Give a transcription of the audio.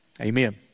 Amen